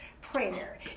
prayer